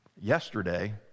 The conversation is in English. Yesterday